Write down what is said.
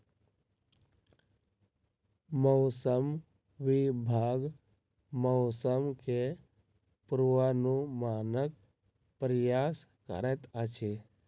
मौसम विभाग मौसम के पूर्वानुमानक प्रयास करैत अछि